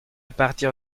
partir